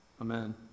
Amen